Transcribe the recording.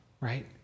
right